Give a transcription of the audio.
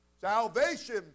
Salvation